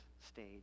stage